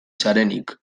zarenik